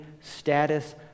status